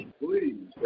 please